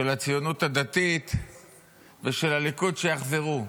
של הציונות הדתית ושל הליכוד, שיחזרו.